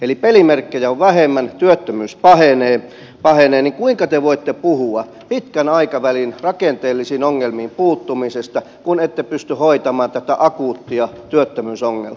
eli kun pelimerkkejä on vähemmän ja työttömyys pahenee niin kuinka te voitte puhua pitkän aikavälin rakenteellisiin ongelmiin puuttumisesta kun ette pysty hoitamaan tätä akuuttia työttömyysongelmaa